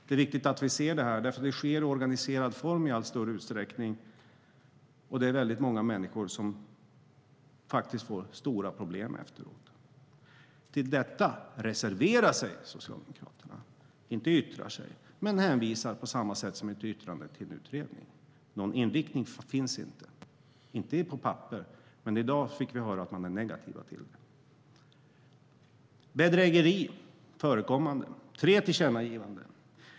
Det är viktigt att vi ser detta, för det sker i organiserad form i allt större utsträckning, och det är faktiskt många människor som får stora problem efteråt. När det gäller detta reserverar sig Socialdemokraterna. De yttrar sig inte, men de hänvisar på samma sätt som i ett yttrande till en utredning. Någon inriktning finns inte på papper, men i dag fick vi höra att de är negativa till det. Bedrägerier förekommer. Det är tre tillkännagivanden.